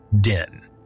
den